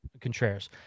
Contreras